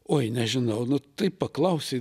oi nežinau nu taip paklausei